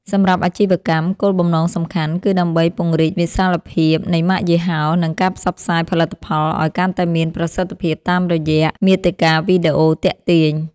សម្រាប់អាជីវកម្ម គោលបំណងសំខាន់គឺដើម្បីពង្រីកវិសាលភាពនៃម៉ាកយីហោ និងការផ្សព្វផ្សាយផលិតផលឱ្យកាន់តែមានប្រសិទ្ធភាពតាមរយៈមាតិកាវីដេអូទាក់ទាញ។